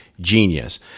genius